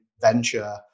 venture